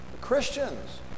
Christians